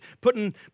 putting